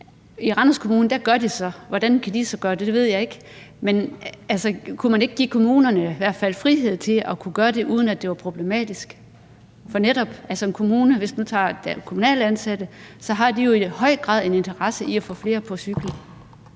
I Randers Kommune gør de det så. Hvordan kan de så gøre det? Det ved jeg ikke. Men altså, kunne man ikke i hvert fald give kommunerne frihed til at gøre det, uden at det var problematisk? For hvis man netop tager en kommune med kommunalt ansatte, har de jo i høj grad en i interesse i at få flere til at cykle.